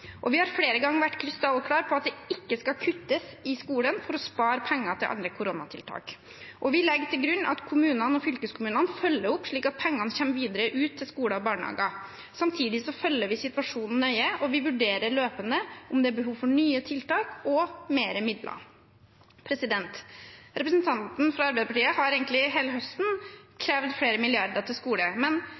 og vi har flere ganger vært krystallklare på at det ikke skal kuttes i skolen for å spare penger til andre koronatiltak. Vi legger til grunn at kommunene og fylkeskommunene følger opp, slik at pengene kommer videre ut til skoler og barnehager. Samtidig følger vi situasjonen nøye, og vi vurderer løpende om det er behov for nye tiltak og flere midler. Representanten fra Arbeiderpartiet har egentlig hele høsten krevd flere milliarder til skole, men